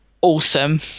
awesome